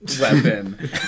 weapon